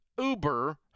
Uber